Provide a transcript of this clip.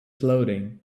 clothing